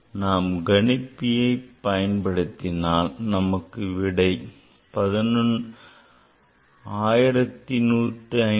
நாம் கணிப்பில் பயன்படுத்தினால் நமக்கு விடை 1157